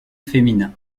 féminin